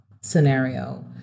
scenario